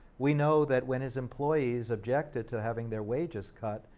we know that when his employees objected to having their wages cut,